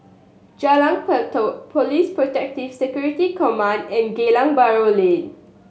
Jalan Pelatok Police Protective Security Command and Geylang Bahru Lane